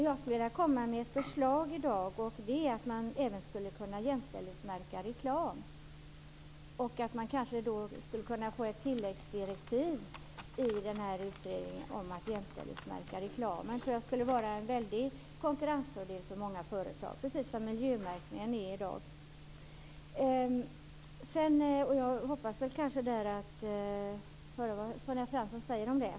Jag skulle i dag vilja föra fram ett förslag, nämligen att man skulle kunna jämställdhetsmärka även reklam. Det skulle kanske till utredningen kunna ges ett tilläggsdirektiv om jämställdhetsmärkning av reklamen. En sådan jämställdhetsmärkning skulle vara en väldig konkurrensfördel för många företag, precis som miljömärkningen i dag är. Jag hoppas att få höra vad Sonja Fransson säger om det.